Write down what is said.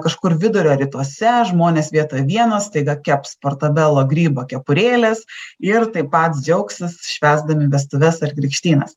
kažkur vidurio rytuose žmonės vietoj vieno staiga keps portabelo grybo kepurėlės ir taip pat džiaugsis švęsdami vestuves ar krikštynas